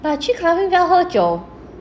but 去 clubbing 不要喝酒